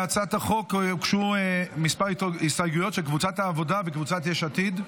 להצעת החוק הוגשו כמה הסתייגויות של קבוצת העבודה וקבוצת יש עתיד.